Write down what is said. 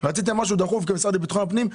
רציתם משהו דחוף כמשרד לביטחון הפנים,